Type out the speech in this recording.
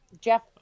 Jeff